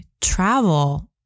Travel